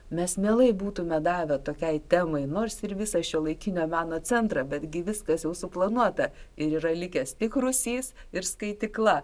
mes mielai būtume davę tokiai temai nors ir visą šiuolaikinio meno centrą betgi viskas jau suplanuota ir yra likęs tik rūsys ir skaitykla